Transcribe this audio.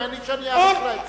ממני שאני אאריך לה את זה.